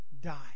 die